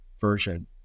version